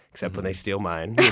except when they steal mine.